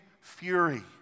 fury